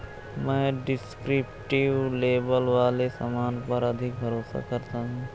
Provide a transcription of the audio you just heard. मैं descriptive label वाले सामान पर अधिक भरोसा करता हूं